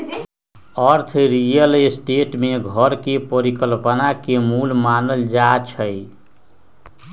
अर्थ real estate में घर के परिकल्पना के मूल मानल जाई छई